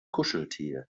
kuscheltier